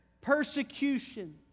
persecution